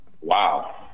Wow